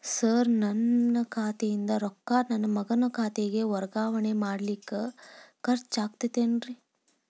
Sir ನನ್ನ ಖಾತೆಯಿಂದ ರೊಕ್ಕ ನನ್ನ ಮಗನ ಖಾತೆಗೆ ವರ್ಗಾವಣೆ ಮಾಡಲಿಕ್ಕೆ ಖರ್ಚ್ ಆಗುತ್ತೇನ್ರಿ?